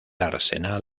arsenal